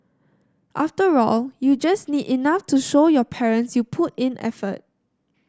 after all you just need enough to show your parents you put in effort